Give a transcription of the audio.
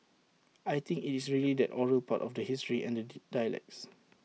I think IT is really that oral part of the history and the dialects